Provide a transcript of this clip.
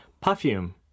perfume